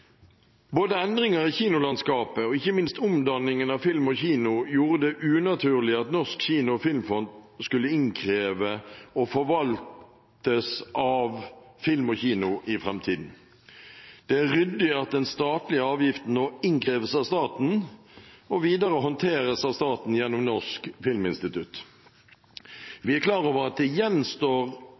Både endringer i kinolandskapet og ikke minst omdanningen av Film & Kino gjorde det unaturlig at Norsk kino- og filmfond skulle innkreves og forvaltes av Film & Kino i framtiden. Det er ryddig at den statlige avgiften nå innkreves av staten og videre håndteres av staten gjennom Norsk filminstitutt. Vi er klar over at det gjenstår